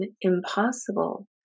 impossible